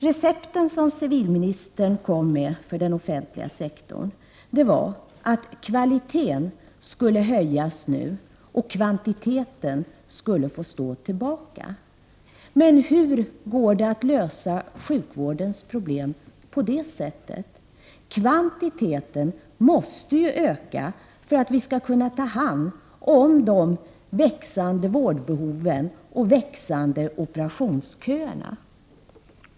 Recepten som civilministern kom med för den offentliga sektorn var att kvaliteten skulle höjas och kvantiteten skulle få stå tillbaka. Men hur går det att lösa sjukvårdens problem på det sättet? Kvantiteten måste ju öka för att vi skall kunna ta hand om de växande vårdbehoven och de växande operationsköerna.